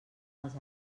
els